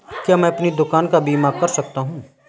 क्या मैं अपनी दुकान का बीमा कर सकता हूँ?